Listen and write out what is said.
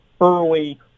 early